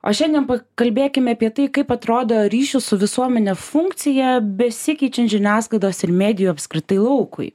o šiandien pakalbėkime apie tai kaip atrodo ryšių su visuomene funkcija besikeičiant žiniasklaidos ir medijų apskritai laukui